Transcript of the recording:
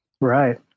Right